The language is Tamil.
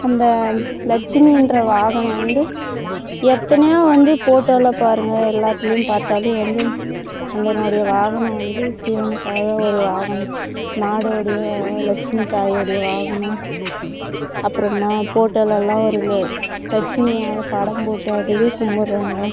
அந்த லட்சுமியின்ற வாகனம் வந்து எத்தனையோ வந்து போட்டோவில பாருங்கள் எல்லாத்திலயும் பார்த்தாலே வந்து அதனுடைய வாகனம் வந்து சிவனுக்காக ஒரு வாகனம் மாடோடைய லட்சுமி தாயோடைய வாகனம் அப்புறமா ஃபோட்டோவிலலாம் ஒரு ல லட்சுமியாக படம் போட்டு அதுவே கும்பிட்றோங்க